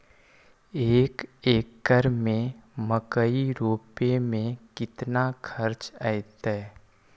एक एकर में मकई रोपे में कितना खर्च अतै?